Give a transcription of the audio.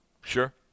Sure